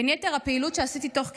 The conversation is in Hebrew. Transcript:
בין יתר הפעילות שעשיתי תוך כדי,